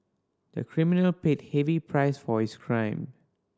the criminal paid heavy price for his crime